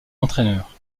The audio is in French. entraîneur